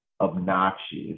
obnoxious